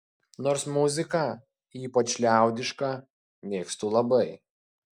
nors muziką ypač liaudišką mėgstu labai